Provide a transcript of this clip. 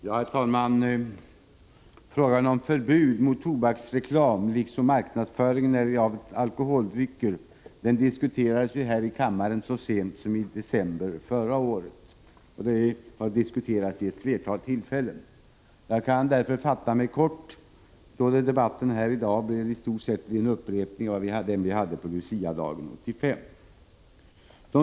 Herr talman! Frågorna om förbud mot tobaksreklam och marknadsföring av alkoholdrycker diskuterades här i kammaren så sent som i december förra året. De har dessutom diskuterats här vid ett flertal tillfällen. Jag kan därför fatta mig kort, då debatten i dag i stort sett blir en upprepning av den som vi hade på Luciadagen 1985.